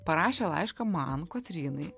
parašė laišką man kotrynai